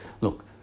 Look